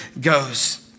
goes